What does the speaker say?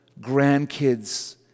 grandkids